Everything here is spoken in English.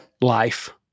life